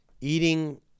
eating